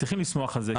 צריכים לשמוח על זה.